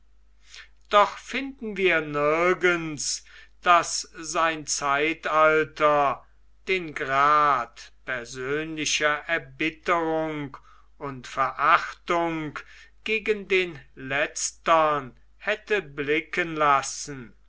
doch finden wir nirgends daß sein zeitalter den grad persönlicher erbitterung und verachtung gegen den letztern hätte blicken lassen